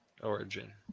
origin